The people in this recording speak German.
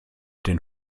den